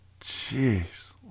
jeez